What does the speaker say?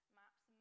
maps